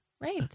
right